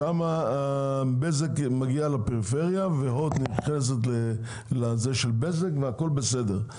שם בזק מגיעה לפריפריה ו-הוט נדחסת לתשתית של בזק והכול בסדר.